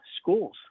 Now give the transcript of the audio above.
schools